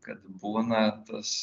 kad būna tas